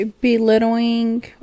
belittling